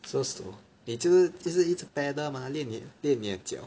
so slow 你就是这是一直 pedal mah 练你的脚